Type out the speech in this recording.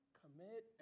commit